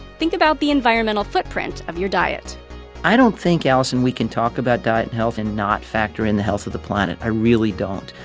think about the environmental footprint of your diet i don't think, allison, we can talk about diet and health and not factor in the health of the planet. i really don't.